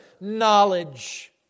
knowledge